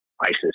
ISIS